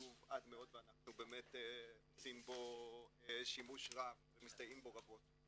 חשוב עד מאוד ואנחנו באמת עושים בו שימוש רב ומסתייעים בו רבות.